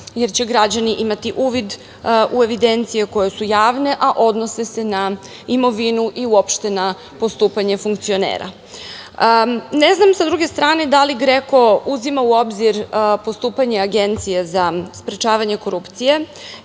jer će građani imati uvid u evidencije koje su javne a odnose se na imovinu i uopšte na postupanje funkcionera. Sa druge strane, ne znam da li GREKO uzima u obzir postupanje Agencije za sprečavanje korupcije